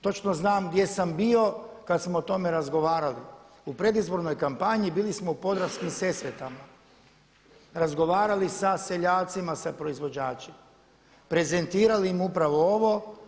Točno znam gdje sam bio kada smo o tome razgovarali, u predizbornoj kampanji bili smo u Podravskim Sesvetama, razgovarali sa seljacima, sa proizvođačima, prezentirali im upravo ovo.